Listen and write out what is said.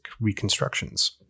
reconstructions